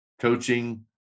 coaching